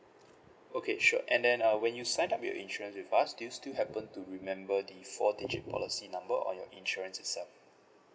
okay sure and then uh when you sign up you insurance with us do you still happened to remember the four digit policy number on your insurance itself